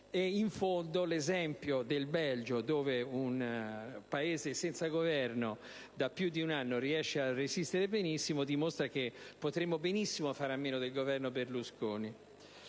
In fondo, l'esempio del Belgio, un Paese che, pur senza Governo da più di un anno, riesce a resistere, dimostra che potremmo benissimo fare a meno del Governo Berlusconi.